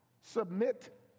Submit